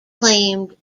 claimed